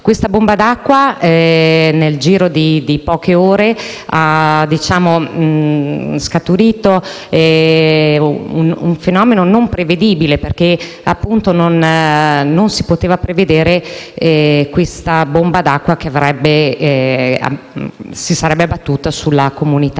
una bomba d'acqua che, nel giro di poche ore, ha generato un fenomeno non prevedibile, perché non si poteva prevedere che questa bomba d'acqua si sarebbe abbattuta sulla comunità